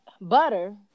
butter